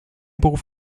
beruf